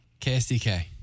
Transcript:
KSDK